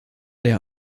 der